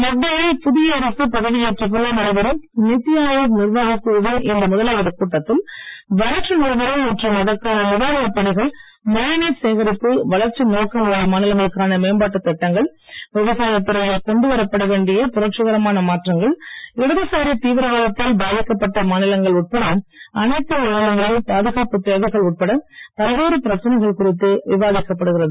மத்தியில் புதிய அரசு பதவியேற்ற பின்னர் நடைபெறும் நிதி ஆயோக் நிர்வாகக் குழுவின் இந்த முதலாவது கூட்டத்தில் வறட்சி நிலவரம் மற்றும் அதற்கான நிவாரணப் பணிகள் மழைநீர் சேகரிப்பு வளர்ச்சி நோக்கம் உள்ள மாநிலங்களுக்கான மேம்பாட்டுத் திட்டங்கள் விவசாயத் துறையில் கொண்டு வரப்பட வேண்டிய புரட்சிகரமான மாற்றங்கள் இடதுசாரி தீவிரவாதத்தால் பாதிக்கப்பட்ட மாநிலங்கள் உட்பட அனைத்து மாநிலங்களின் பாதுகாப்புத் தேவைகள் உட்பட பல்வேறு பிரச்சனைகள் குறித்து விவாதிக்கப்படுகிறது